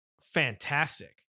fantastic